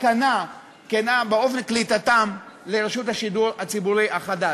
כנה לאופן קליטתם ברשות השידור הציבורי החדשה.